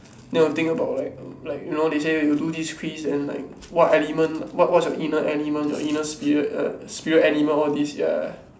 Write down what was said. then you will think about like like you know they say when you do this quiz then like what element what what's your inner element your inner spirit err spirit animal all these ya